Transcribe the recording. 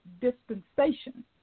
dispensation